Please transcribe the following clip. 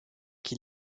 qui